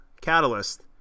Catalyst